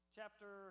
Chapter